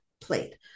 plate